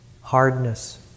hardness